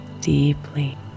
deeply